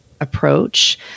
approach